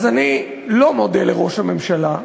אז אני לא מודה לראש הממשלה,